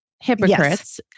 hypocrites